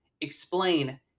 explain